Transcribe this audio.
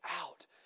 out